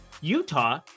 Utah